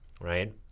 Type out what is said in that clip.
Right